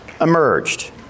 emerged